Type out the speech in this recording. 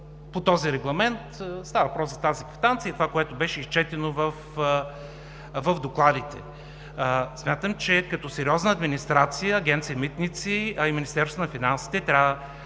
по този регламент. Става въпрос за тази квитанция и това, което беше изчетено в докладите. Смятам, че като сериозна администрация Агенция „Митници“, а и Министерство на финансите трябва